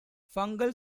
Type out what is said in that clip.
fungal